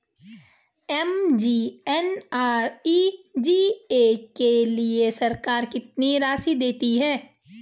MGNREGA के लिए सरकार कितनी राशि देती है?